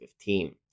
2015